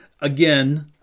Again